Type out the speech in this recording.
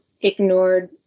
ignored